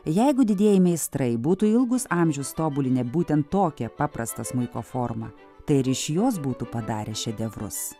jeigu didieji meistrai būtų ilgus amžius tobulinę būtent tokią paprastą smuiko formą tai ir iš jos būtų padarę šedevrus